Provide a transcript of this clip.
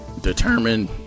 determined